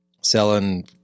selling